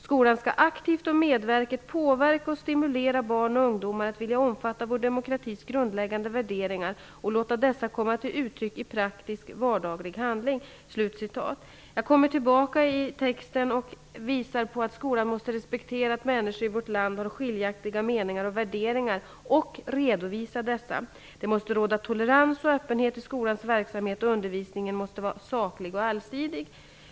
Skolan skall aktivt och medvetet påverka och stimulera barn och ungdomar att vilja omfatta vår demokratis grundläggande värderingar och låta dessa komma till uttryck i praktisk, vardaglig handling. --'.'' Vidare står det i texten: ''Skolan måste respektera att människor i vårt land har skiljaktiga meningar och värderingar och redovisa dessa. Det måste råda tolerans och öppenhet i skolans verksamhet och undervisningen måste vara saklig och allsidig.''